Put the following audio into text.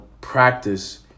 practice